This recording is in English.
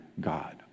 God